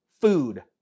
food